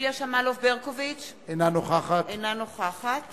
יוליה שמאלוב-ברקוביץ, אינה נוכחת